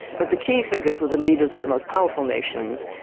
but the key figures were the leaders of the most powerful nations,